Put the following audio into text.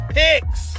picks